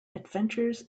adventures